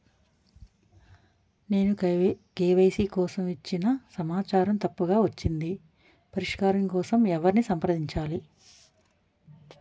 నేను కే.వై.సీ కోసం ఇచ్చిన సమాచారం తప్పుగా వచ్చింది పరిష్కారం కోసం ఎవరిని సంప్రదించాలి?